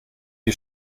die